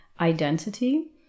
identity